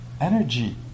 energy